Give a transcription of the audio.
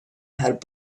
had